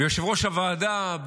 ויושב-ראש הוועדה,